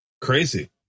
Crazy